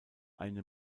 eine